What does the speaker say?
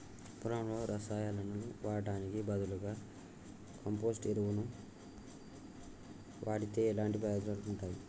పొలంలో రసాయనాలు వాడటానికి బదులుగా కంపోస్ట్ ఎరువును వాడితే ఎలాంటి ప్రయోజనాలు ఉంటాయి?